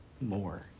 more